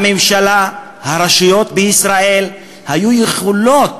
הממשלה, הרשויות בישראל היו יכולות,